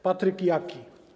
Patryk Jaki.